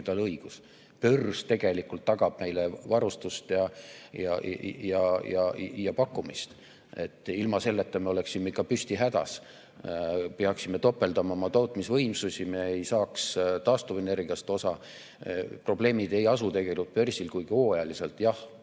ongi tal õigus. Börs tegelikult tagab meile varustuse ja pakkumise, ilma selleta me oleksime ikka püstihädas. Peaksime topeldama oma tootmisvõimsusi, me ei saaks taastuvenergiast osa. Probleemid ei ole tegelikult börsis, kuigi hooajaliselt jah,